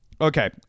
okay